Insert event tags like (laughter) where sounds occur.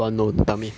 (noise)